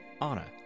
Anna